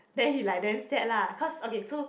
then like damn sad lah cause okay so